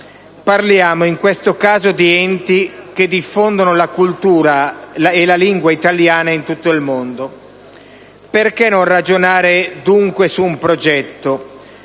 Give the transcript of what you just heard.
Parliamo in questo caso di enti che diffondono la cultura e la lingua italiana in tutto il mondo. Perché non ragionare dunque su un progetto?